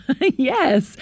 Yes